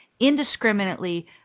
indiscriminately